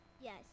Yes